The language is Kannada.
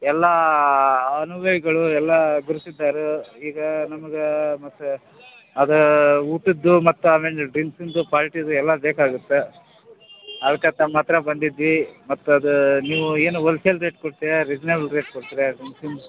ಎಲ್ಲ ಅನುಭವಿಗಳು ಎಲ್ಲಾ ಗುರ್ಸಿದಾರ ಈಗ ನಮಗೆ ಮತ್ತೆ ಅದ ಊಟದ್ದು ಮತ್ತು ಆಮೆಂಜ ಡ್ರಿಕ್ಸಿದ್ದು ಪಾರ್ಟಿದು ಎಲ್ಲ ಬೇಕಾಗುತ್ತೆ ಅದಕ್ಕ ತಮ್ಮ ಹತ್ರ ಬಂದಿದ್ದೀವಿ ಮತ್ತೆ ಅದು ನೀವು ಏನು ಹೊಲ್ಸೇಲ್ ರೆಟ್ ಕೊಟ್ಯಾ ರಿಜ್ನಲ್ ರೇಟ್ ಕೊಡತ್ರ್ಯಾ